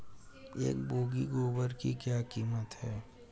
एक बोगी गोबर की क्या कीमत है?